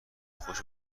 خشک